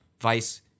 Vice